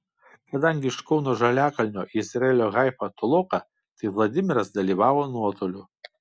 kadangi iš kauno žaliakalnio į izraelio haifą toloka tai vladimiras dalyvavo nuotoliu